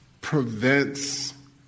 prevents